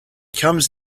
comes